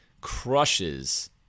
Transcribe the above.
crushes